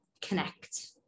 connect